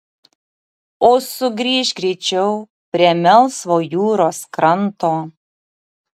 o sugrįžk greičiau prie melsvo jūros kranto